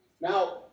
now